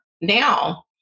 now